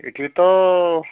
ଏଇଠି ତ